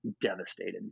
devastated